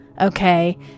Okay